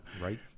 right